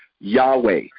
Yahweh